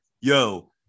yo